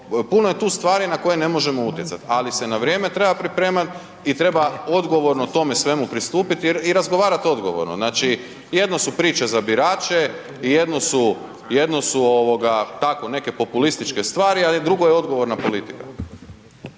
Puno je tu stvari na koje ne može utjecati, ali se na vrijeme treba pripremat i treba odgovorno tome svemu pristupiti i razgovarati odgovorno. Znači, jedno su priče za birače, jedno su ovoga tako neke populističke stvari, ali drugo je odgovorna politika.